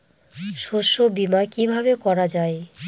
শস্য বীমা কিভাবে করা যায়?